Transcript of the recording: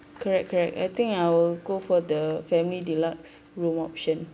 correct correct I think I will go for the family deluxe room option